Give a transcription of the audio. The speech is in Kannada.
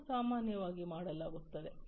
ಇದನ್ನು ಸಾಮಾನ್ಯವಾಗಿ ಮಾಡಲಾಗುತ್ತದೆ